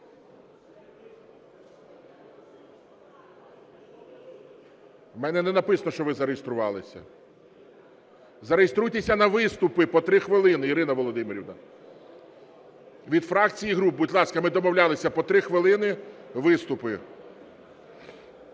У мене не написано, що ви зареєструвалися. Зареєструйтеся на виступи по 3 хвилини, Ірина Володимирівна. Від фракцій і груп, будь ласка, ми домовлялися, по 3 хвилини виступи.